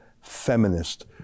feminist